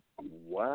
Wow